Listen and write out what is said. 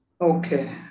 Okay